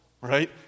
right